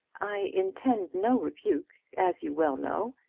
i intend no rebuke, as you well know.